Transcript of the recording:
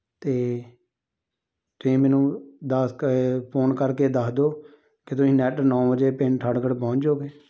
ਅਤੇ ਤੁਸੀਂ ਮੈਨੂੰ ਦਸ ਕੁ ਫੋਨ ਕਰਕੇ ਦੱਸ ਦਿਓ ਕਿ ਤੁਸੀਂ ਨੈੱਟ ਨੌ ਵਜੇ ਪਿੰਡ ਠਾਠਗੜ੍ਹ ਪਹੁੰਚ ਜਾਉਗੇ